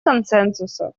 консенсуса